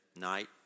night